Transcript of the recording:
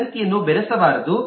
ಈ ವಿನಂತಿಯನ್ನು ಬೆರೆಸಬಾರದು